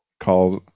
calls